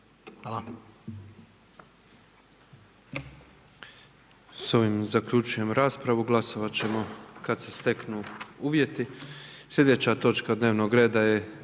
Hvala